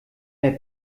der